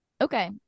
Okay